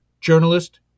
journalist